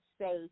say